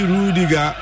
Rudiga